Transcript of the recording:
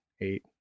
eight